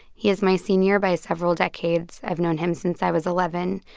he is my senior by several decades. i've known him since i was eleven.